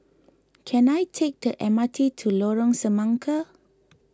can I take the M R T to Lorong Semangka